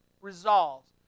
resolves